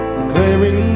declaring